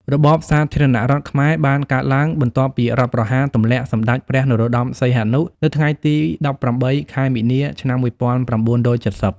របបសាធារណរដ្ឋខ្មែរបានកើតឡើង បន្ទាប់ពីរដ្ឋប្រហារទម្លាក់សម្ដេចព្រះ នរោត្តម សីហនុ នៅថ្ងៃទី១៨ ខែមីនា ឆ្នាំ១៩៧០។